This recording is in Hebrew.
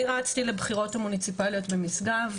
אני רצתי לבחירות המוניציפליות במשגב,